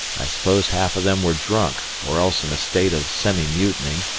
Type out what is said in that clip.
i suppose half of them were drunk or else in a state of semi-mutiny,